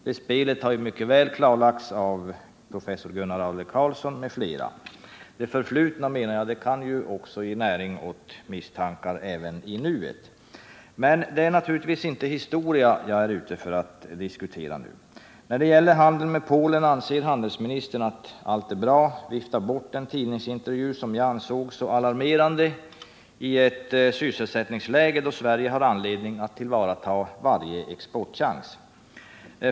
Det spelet har ju mycket väl klarlagts av professor Gunnar Adler-Karlsson m.fl. Jag menar att det förflutna även kan ge näring åt misstankar i nuet. Men det är naturligtvis inte historia som jag vill diskutera nu. När det gäller handeln med Polen anser handelsministern att allt är bra och viftar bort den tidningsintervju som jag anser vara så alarmerande, och detta gör han i ett sysselsättningsläge då Sverige har all anledning att tillvarata varje exportchans.